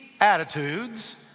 attitudes